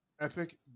Epic